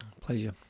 Pleasure